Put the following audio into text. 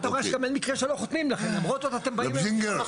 אתה רואה שגם אין מקרה שלא חותמים לכם ולמרות זאת אתם באים --- זינגר,